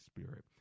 Spirit